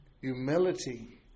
humility